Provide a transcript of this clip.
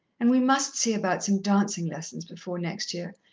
and we must see about some dancin' lessons before next year.